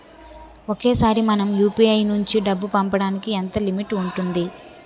ఒకేసారి మనం యు.పి.ఐ నుంచి డబ్బు పంపడానికి ఎంత లిమిట్ ఉంటుంది?